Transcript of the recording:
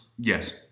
yes